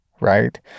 right